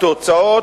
התוצאות